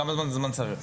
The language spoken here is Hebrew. כמה זמן זה זמן סביר?